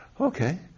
Okay